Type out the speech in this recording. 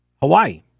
Hawaii